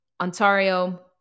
Ontario